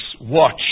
watch